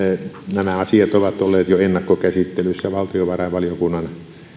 nämä asiat ovat olleet jo ennakkokäsittelyssä valtiovarainvaliokunnan